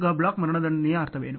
ಈಗ ಬ್ಲಾಕ್ ಕಾರ್ಯಗತಗೊಳಿಸು ಅರ್ಥವೇನು